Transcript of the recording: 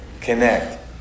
connect